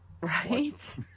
right